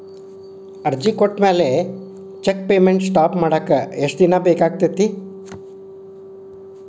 ಅರ್ಜಿ ಕೊಟ್ಮ್ಯಾಲೆ check payment stop ಮಾಡಾಕ ಎಷ್ಟ ದಿನಾ ಬೇಕಾಗತ್ತಾ